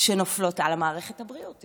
שנופלות על מערכת הבריאות.